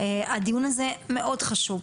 הדיון הזה מאוד חשוב,